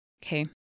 Okay